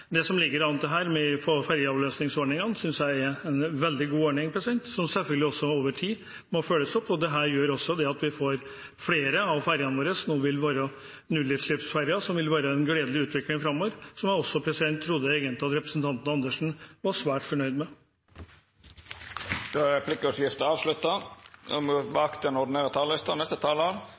Det som det ligger an til her, med ferjeavløsningsordningen, synes jeg er en veldig god ordning, som selvfølgelig også over tid må følges opp. Dette gjør også at flere av ferjene våre nå vil være nullutslippsferjer. Det vil være en gledelig utvikling framover og noe jeg også trodde at representanten Andersen var svært fornøyd med. Replikkordskiftet er avslutta.